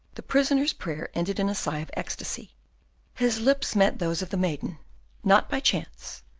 the prisoner's prayer ended in a sigh of ecstasy his lips met those of the maiden not by chance,